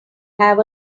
have